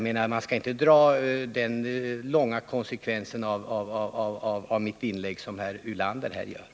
Man skall inte dra den långtgående slutsats av mitt inlägg som herr Ulander nu drar.